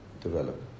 develop